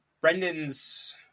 Brendan's